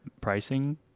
pricing